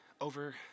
over